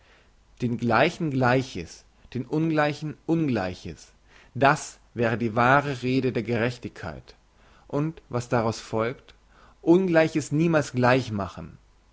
den gleichen gleiches den ungleichen ungleiches das wäre die wahre rede der gerechtigkeit und was daraus folgt ungleiches niemals gleich machen